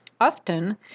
Often